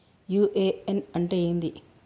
UAN అంటే ఏంది?